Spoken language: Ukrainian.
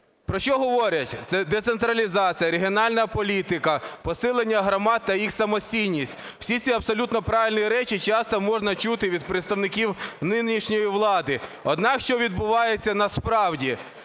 Про що говорять? Це децентралізація, регіональна політика, посилення громад та їх самостійність, всі ці абсолютно правильні речі часто можна чути від представників нинішньої влади. Однак, що відбувається насправді.